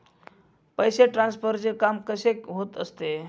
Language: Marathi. पैसे ट्रान्सफरचे काम कसे होत असते?